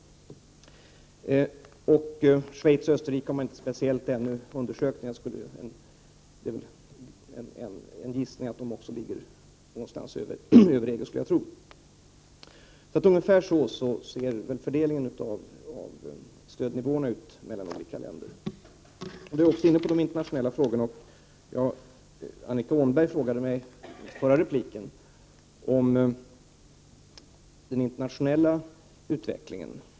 Schweiz och Österrike har inte undersökts ännu, men jag skulle tro att de ländernas stöd också ligger något över EG:s. Ungefär så ser väl stödet ut i de olika länderna. Därmed är vi inne på de internationella frågorna. Annika Åhnberg frågade mig i förra repliken om den internationella utvecklingen.